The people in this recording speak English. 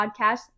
podcast